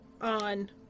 On